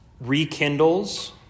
rekindles